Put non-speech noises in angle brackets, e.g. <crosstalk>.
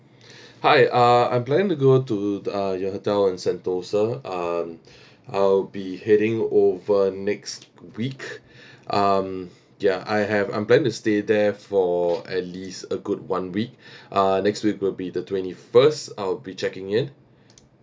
<breath> hi uh I'm planning to go to uh your hotel in sentosa um <breath> I'll be heading over next week <breath> um ya I have I'm planning to stay there for at least a good one week <breath> uh next week will be the twenty first I'll be checking in